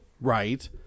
Right